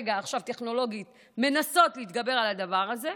כרגע, ומנסות להתגבר טכנולוגית על הדבר הזה.